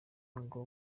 ngo